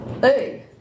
Hey